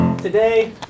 Today